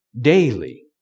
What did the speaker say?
daily